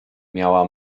miała